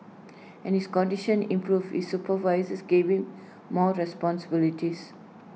and his condition improved his supervisors gave him more responsibilities